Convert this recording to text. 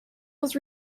was